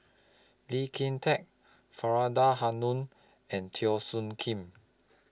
Lee Kin Tat Faridah Hanum and Teo Soon Kim